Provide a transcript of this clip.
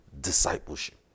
discipleship